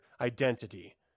identity